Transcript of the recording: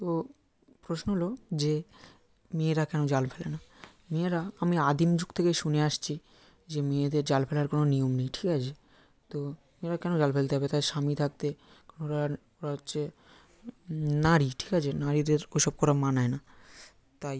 তো প্রশ্ন হলো যে মেয়েরা কেন জাল ফেলে না মেয়েরা আমি আদিম যুগ থেকেই শুনে আসছি যে মেয়েদের জাল ফেলার কোনো নিয়ম নেই ঠিক আছে তো মেয়েরা কেন জাল ফেলতে যাবে তাদের স্বামী থাকতে ওরা ওরা হচ্ছে নারী ঠিক আছে নারীদের ওই সব করা মানায় না তাই